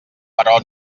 però